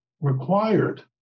required